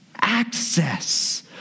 access